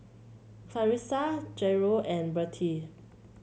Clarisa Jairo and Bertie